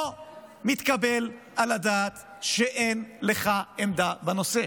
לא מתקבל על הדעת שאין לך עמדה בנושא,